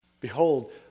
Behold